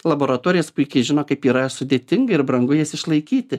laboratorijas puikiai žino kaip yra sudėtinga ir brangu jas išlaikyti